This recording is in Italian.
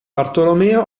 bartolomeo